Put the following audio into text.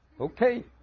Okay